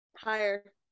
Higher